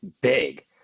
big